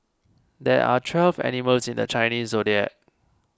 there are twelve animals in the Chinese zodiac